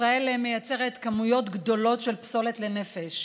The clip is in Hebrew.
ישראל מייצרת כמויות גדולות של פסולת לנפש: